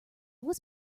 was